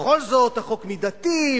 בכל זאת החוק מידתי,